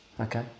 Okay